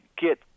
get